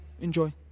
enjoy